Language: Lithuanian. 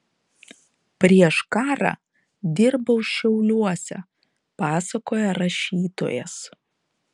prieš karą dirbau šiauliuose pasakoja rašytojas